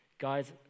Guys